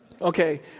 Okay